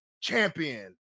champion